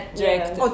direct